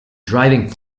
driving